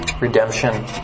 Redemption